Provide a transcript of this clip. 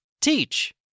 teach